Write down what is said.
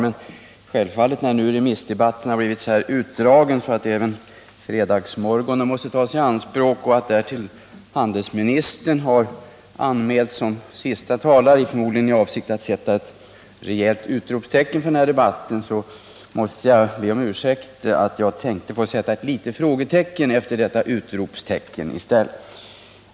Men när nu remissdebatten har blivit så utdragen att även fredagsmorgonen måste tas i anspråk och då därtill handelsministern har anmält sig som siste talare — förmodligen i avsikt att sätta ett rejält utropstecken efter den här debatten — måste jag be om ursäkt för att jag tänker be att få sätta ett litet frågetecken efter detta utropstecken.